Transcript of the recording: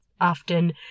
often